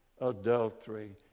adultery